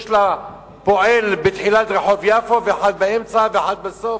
יש לה פועל בתחילת רחוב יפו, אחד באמצע ואחד בסוף.